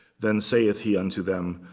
then sayeth he unto them,